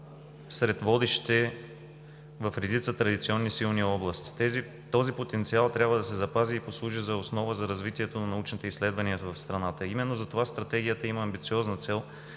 сред водещите в редица традиционни силни области. Този потенциал трябва да се запази и послужи за основа за развитието на научните изследвания в страната. Именно затова Стратегията има амбициозна цел